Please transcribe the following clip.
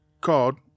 called